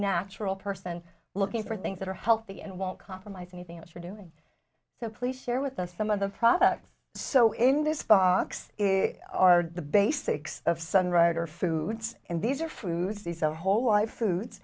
natural person looking for things that are healthy and won't compromise anything else for doing so please share with us some of the products so in this box are the basics of sun rider foods and these are foods these are whole life foods